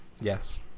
Yes